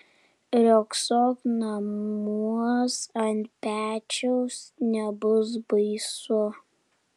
riogsok namuos ant pečiaus nebus baisu